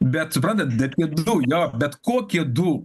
bet suprantat bet jie du jo bet kokie du